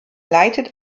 leitet